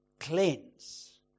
cleanse